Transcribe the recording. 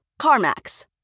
CarMax